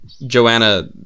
Joanna